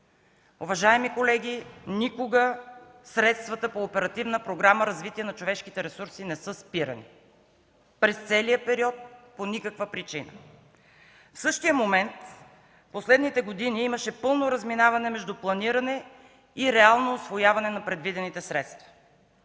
Уважаеми колеги, никога средствата по Оперативна програма „Развитие на човешките ресурси” не са спирани, през целия период, по никаква причина. В същия момент през последните години имаше пълно разминаване между планиране и реално усвояване на предвидените средства.